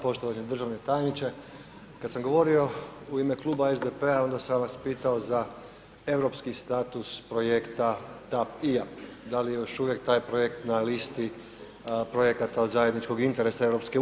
Poštovani državni tajniče, kad sam govorio u ime Kluba SDP-a onda sam vas pitao za europski status projekta TAP i IAP da li je još uvijek taj projekt na listi projekata od zajedničkog interesa EU?